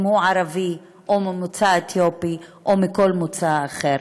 אם הוא ערבי או ממוצא אתיופי או מכל מוצא אחר.